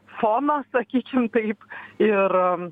fonas sakykim taip ir